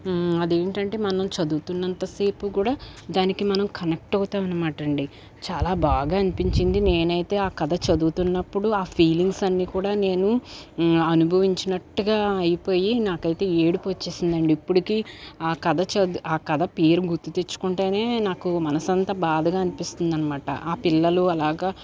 అదేంటంటే మనం చదువుతున్నంత సేపు కూడా దానికి మనం కనెక్ట్ అవుతాం అనమాట అండీ చాలా బాగా అనిపించింది నేనైతే ఆ కథ చదువుతున్నప్పుడు ఆ ఫీలింగ్స్ అన్నీ కూడా నేను అనుభవించినట్టుగా అయిపోయి నాకైతే ఏడుపు వచ్చేసిందండీ ఇప్పటికీ ఆ కథ చదు ఆ కథ పేరు గుర్తు తెచ్చుకుంటేనే నాకు మనసంతా బాధగా అనిపిస్తుంది అనమాట ఆ పిల్లలు అలాగా